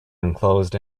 enclosed